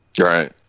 Right